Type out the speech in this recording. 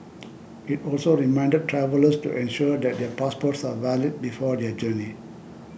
it also reminded travellers to ensure that their passports are valid before their journey